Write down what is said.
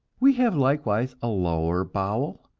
we have likewise a lower bowel,